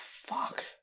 fuck